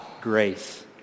grace